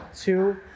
two